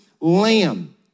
lamb